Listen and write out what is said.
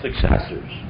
successors